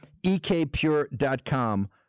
ekpure.com